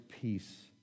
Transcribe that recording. peace